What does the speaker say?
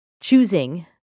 choosing